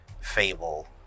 fable